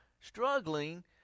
struggling